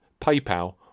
PayPal